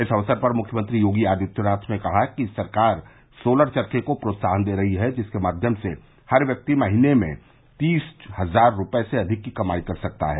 इस अवसर पर मृख्यमंत्री योगी आदित्यनाथ ने कहा कि सरकार सोलर चर्खे को प्रोत्साहन दे रही है जिसके माध्यम से हर व्यक्ति महीने में तीस हजार रूपये से अधिक की कमाई कर सकता है